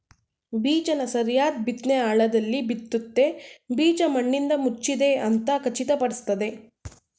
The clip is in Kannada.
ಬೀಜನ ಸರಿಯಾದ್ ಬಿತ್ನೆ ಆಳದಲ್ಲಿ ಬಿತ್ತುತ್ತೆ ಬೀಜ ಮಣ್ಣಿಂದಮುಚ್ಚಿದೆ ಅಂತ ಖಚಿತಪಡಿಸ್ತದೆ